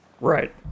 right